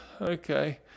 Okay